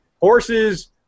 horses